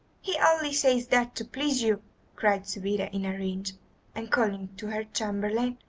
he only says that to please you cried subida in a rage and calling to her chamberlain,